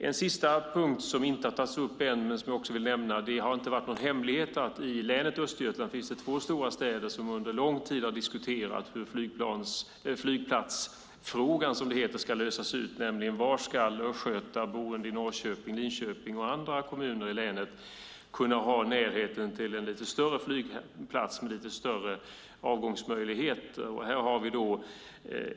En sista punkt som inte har tagits upp ännu men som jag också vill nämna är att det inte har varit någon hemlighet att det i länet Östergötland finns två stora städer som under lång tid har diskuterat hur flygplatsfrågan ska lösas ut. Var ska östgötar boende i Norrköping, Linköping och andra kommuner i länet kunna få tillgång till en lite större flygplats med tätare avgångsmöjligheter?